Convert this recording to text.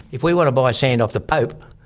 if we want to buy sand off the pope,